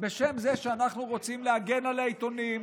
בשם זה שאנחנו רוצים להגן על העיתונים,